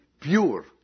pure